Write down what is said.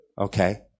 okay